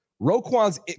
Roquan's